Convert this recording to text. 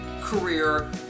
career